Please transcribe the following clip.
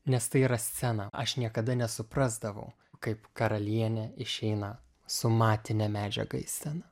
nes tai yra scena aš niekada nesuprasdavau kaip karalienė išeina su matine medžiaga į sceną